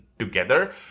together